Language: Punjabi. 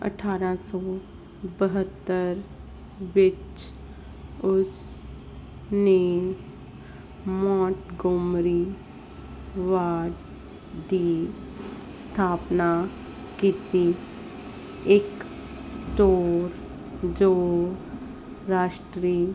ਅਠਾਰਾਂ ਸੋ ਬਹੱਤਰ ਵਿੱਚ ਉਸ ਨੇ ਮੋਂਟਗੋਮਰੀ ਵਾਰਡ ਦੀ ਸਥਾਪਨਾ ਕੀਤੀ ਇੱਕ ਸਟੋਰ ਜੋ ਰਾਸ਼ਟਰੀ